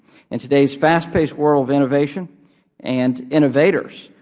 in today's fast paced world of innovation and innovators,